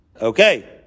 Okay